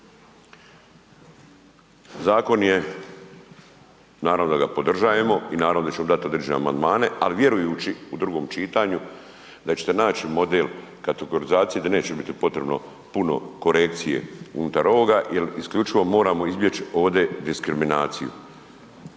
Zakon je, naravno da ga podržavamo i naravno da ćemo dati određene amandmane ali vjerujući u drugom čitanju da ćete naći model kategorizacije, da neće biti potrebno puno korekcije unutar ovoga jer isključivo moramo izbjeći ovdje diskriminaciju.